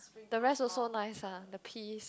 the rest also nice lah the pea